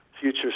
future